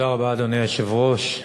אדוני היושב-ראש,